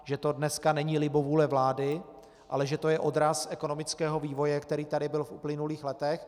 Že to dneska není libovůle vlády, ale že to je odraz ekonomického vývoje, který tady byl v uplynulých letech.